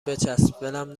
بچسب، ولم